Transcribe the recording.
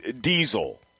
diesel